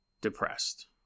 depressed